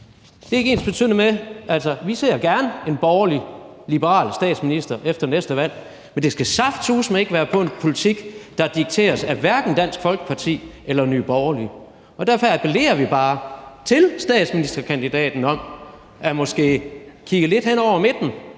Det er ikke ensbetydende med, at vi ikke gerne ser en borgerlig-liberal statsminister efter næste valg, men det skal saftsuseme ikke være på en politik, der dikteres af Dansk Folkeparti eller Nye Borgerlige. Derfor appellerer vi bare til statsministerkandidaten om måske at kigge lidt hen over midten,